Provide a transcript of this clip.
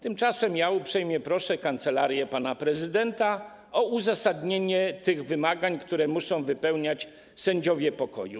Tymczasem ja uprzejmie proszę kancelarię pana prezydenta o uzasadnienie tych wymagań, które muszą wypełniać sędziowie pokoju.